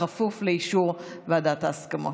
כפוף לאישור ועדת ההסכמות.